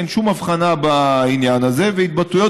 אין שום הבחנה בעניין הזה והתבטאויות